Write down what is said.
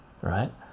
right